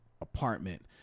apartment